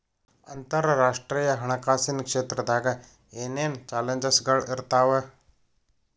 ಅಂತರರಾಷ್ಟ್ರೇಯ ಹಣಕಾಸಿನ್ ಕ್ಷೇತ್ರದಾಗ ಏನೇನ್ ಚಾಲೆಂಜಸ್ಗಳ ಇರ್ತಾವ